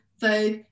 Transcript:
Vogue